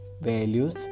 values